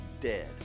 dead